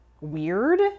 weird